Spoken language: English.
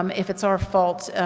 um if it's our fault,